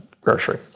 grocery